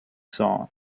song